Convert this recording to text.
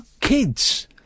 kids